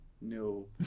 No